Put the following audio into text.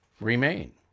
remain